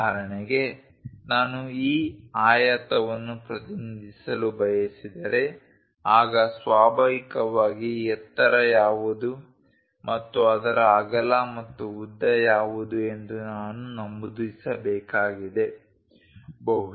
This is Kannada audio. ಉದಾಹರಣೆಗೆ ನಾನು ಈ ಆಯತವನ್ನು ಪ್ರತಿನಿಧಿಸಲು ಬಯಸಿದರೆ ಆಗ ಸ್ವಾಭಾವಿಕವಾಗಿ ಎತ್ತರ ಯಾವುದು ಮತ್ತು ಅದರ ಅಗಲ ಮತ್ತು ಉದ್ದ ಯಾವುದು ಎಂದು ನಾನು ನಮೂದಿಸಬೇಕಾಗಿದೆ